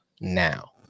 now